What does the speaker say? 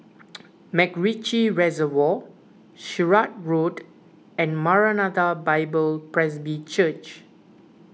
MacRitchie Reservoir Sirat Road and Maranatha Bible Presby Church